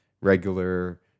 regular